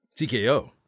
TKO